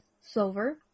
Silver